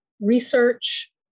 research